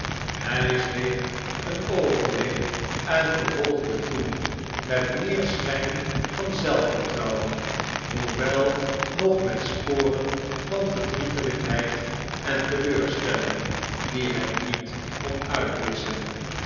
hij zweeg een oogenblik en vervolgde toen met meer schijn van zelfvertrouwen hoewel nog met sporen van verdrietelijkheid en teleurstelling die hij niet kon uitwisschen